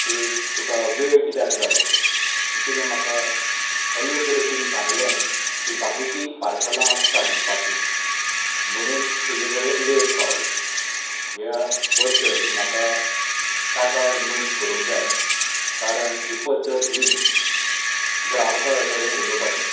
की तुका वेळ कित्याक जालो तिणें म्हाका अयोग्य रितीन सांगलें की बाकीचीं पार्सलां आसतात दिवपाचीं म्हणून तुजे कडेन लेट पावली ह्या बद्दल म्हाका कागाळ नोंद करूंक जाय कारण ही पद्दत न्हीं ग्राहका कडेन उलोवपाची